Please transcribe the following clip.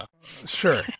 Sure